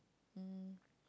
um